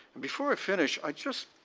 before i finish, i just,